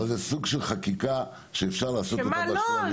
אבל זה סוג של חקיקה שאפשר לעשות בשלבים.